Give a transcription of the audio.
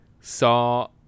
saw